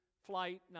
Flight